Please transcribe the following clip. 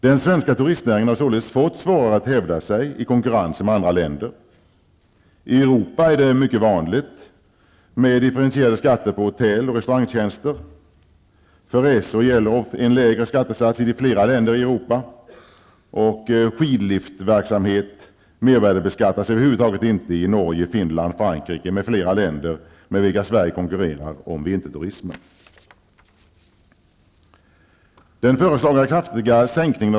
Den svenska turistnäringen har således fått svårare att hävda sig i konkurrensen med andra länder. I Europa är det mycket vanligt med differentierade skatter på hotell och restaurangtjänster. För resor gäller en lägre skattesats i flera länder i Europa. Skidliftverksamhet mervärdebeskattas över huvud taget inte i Norge, Finland, Frankrike m.fl. länder med vilka Sverige konkurrerar om vinterturismen.